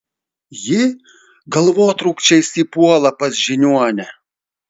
ji galvotrūkčiais įpuola pas žiniuonę